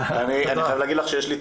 העלתה את